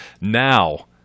now